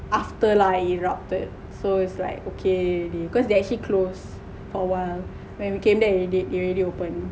after lah erupted so its like okay already cause there's actually close fo a while when we came there already already open